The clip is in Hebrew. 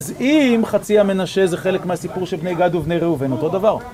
אז אם חצי המנשה זה חלק מהסיפור של בני גד ובני ראובן אותו דבר.